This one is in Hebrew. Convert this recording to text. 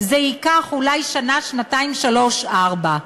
זה ייקח אולי שנה, שנתיים, שלוש, ארבע,